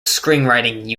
screenwriting